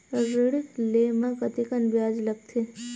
ऋण ले म कतेकन ब्याज लगथे?